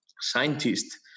scientist